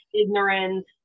ignorance